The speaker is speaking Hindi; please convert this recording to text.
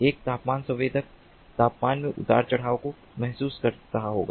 एक तापमान संवेदक तापमान में उतार चढ़ाव को महसूस कर रहा होगा